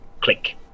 click